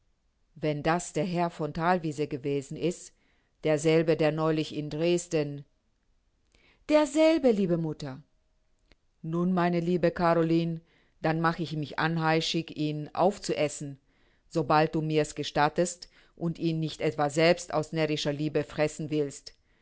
wenn das der herr von thalwiese gewesen ist derselbe der neulich in dresden derselbe liebe mutter nun meine liebe caroline dann mach ich mich anheischig ihn aufzuessen sobald du mir's gestattest und ihn nicht etwa selbst aus närrischer liebe fressen willst